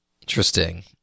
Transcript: interesting